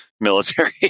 military